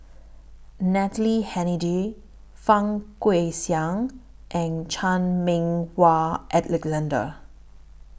Natalie Hennedige Fang Guixiang and Chan Meng Wah Alexander